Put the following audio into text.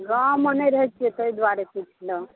गाँवमे नहि रहए छिऐ ताहि दुआरे पूछलहुँ